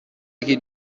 یکی